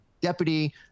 deputy